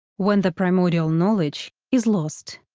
when the primordial knowledge is lost.